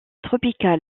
tropical